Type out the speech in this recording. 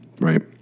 right